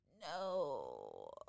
No